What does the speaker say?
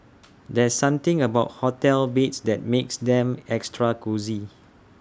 there's something about hotel beds that makes them extra cosy